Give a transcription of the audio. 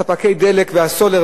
ספקי הדלק והסולר,